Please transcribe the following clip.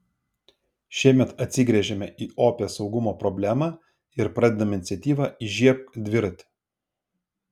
šiemet atsigręžėme į opią saugumo problemą ir pradedame iniciatyvą įžiebk dviratį